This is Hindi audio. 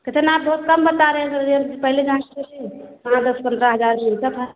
कितना आप बहुत कम बता रहे सेलरी पहले जहाँ से कर रहे तहाँ दस पंद्रह हजार मिलता था